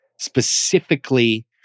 specifically